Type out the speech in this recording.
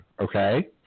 okay